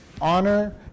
honor